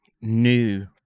new